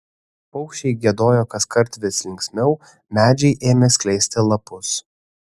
paukščiai giedojo kaskart vis linksmiau medžiai ėmė skleisti lapus